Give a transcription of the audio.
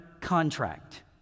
contract